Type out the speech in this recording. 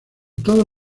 todos